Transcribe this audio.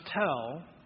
tell